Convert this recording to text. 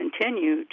continue